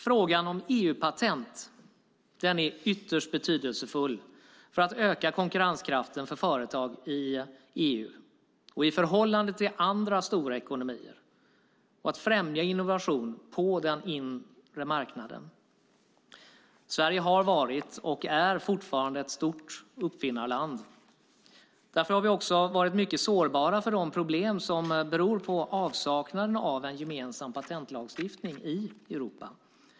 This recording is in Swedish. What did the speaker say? Frågan om EU-patent är ytterst betydelsefull för att öka konkurrenskraften för företag i EU, i förhållande till andra stora ekonomier och för att främja innovation på den inre marknaden. Sverige har varit och är fortfarande ett stort uppfinnarland. Därför har vi också varit mycket sårbara för de problem som beror på avsaknaden av en gemensam patentlagstiftning i Europa.